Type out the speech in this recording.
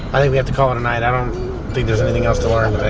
i think we have to call it a night. i don't think there's anything else to learn